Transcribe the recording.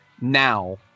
now